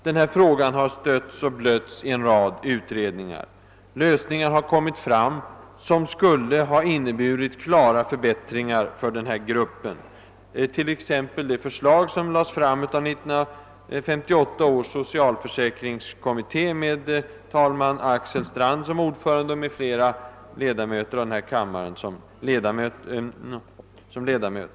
Denna fråga har stötts och blötts i en rad utredningar, och det har kommit fram lösningar som skulle ha inneburit klara förbättringar för den grupp det här gäller, t.ex. det förslag som lades fram av 1958 års socialförsäkringskommitté med talman Axel Strand som ordförande och med flera av kammarens ledamöter som medlemmar.